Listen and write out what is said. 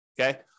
Okay